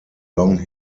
long